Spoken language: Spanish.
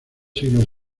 siglos